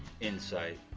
Insight